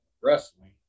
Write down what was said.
wrestling